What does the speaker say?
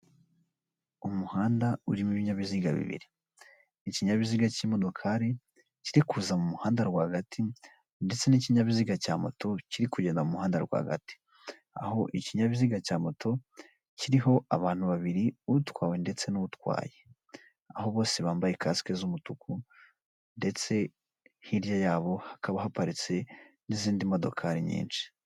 Umuhanda urimo ibinyabiziga bibiri, ikinyabiziga k'imodokari kiri kuza mu muhanda rwagati ndetse n'ikinyabiziga cya moto kiri kugenda muhanda rwagati, aho ikinyabiziga cya moto kiriho abantu babiri, utwawe ndetse n'utwaye, aho bose bambaye kasike z'umutuku ndetse hirya yabo hakaba haparitse n'izindi modokari nyinshi.